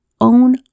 own